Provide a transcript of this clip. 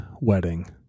wedding